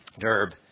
derb